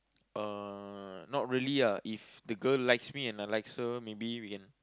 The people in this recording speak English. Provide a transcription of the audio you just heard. uh not really ah if the girl likes me and I likes her maybe we can